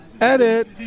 Edit